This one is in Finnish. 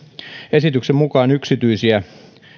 esityksen mukaan yksityisiä